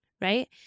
right